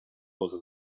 poza